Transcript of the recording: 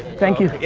thank you, yeah,